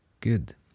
Good